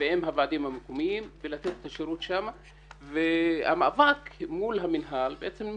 ועם הוועדים המקומיים ולתת את השירות שמה והמאבק מול המינהל בעצם נמשך.